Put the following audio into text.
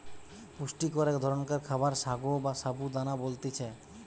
পুষ্টিকর এক ধরণকার খাবার সাগো বা সাবু দানা বলতিছে